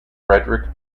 frederick